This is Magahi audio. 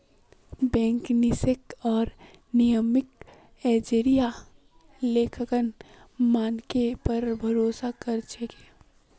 बैंक, निवेशक आर नियामक एजेंसियां लेखांकन मानकेर पर भरोसा कर छेक